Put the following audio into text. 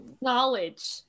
knowledge